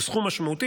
והוא סכום משמעותי,